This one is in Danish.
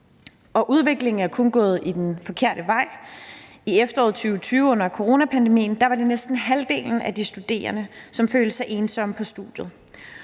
og udviklingen er kun gået den forkerte vej. I efteråret 2020 under coronapandemien var det næsten halvdelen af de studerende, som følte sig ensomme på studiet,